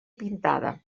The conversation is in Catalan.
pintada